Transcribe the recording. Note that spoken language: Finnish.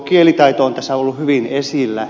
kielitaito on tässä ollut hyvin esillä